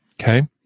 Okay